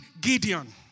Gideon